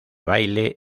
baile